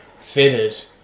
fitted